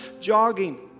jogging